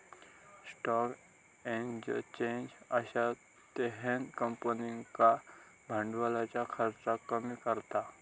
stock exchange अश्या तर्हेन कंपनींका भांडवलाच्या खर्चाक कमी करता